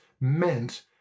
meant